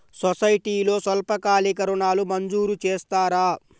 సొసైటీలో స్వల్పకాలిక ఋణాలు మంజూరు చేస్తారా?